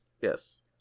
Yes